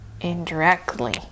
indirectly